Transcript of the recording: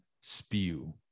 spew